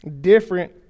different